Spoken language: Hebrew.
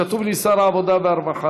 כתוב לי: שר העבודה והרווחה.